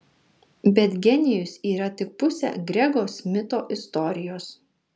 bet genijus yra tik pusė grego smitho istorijos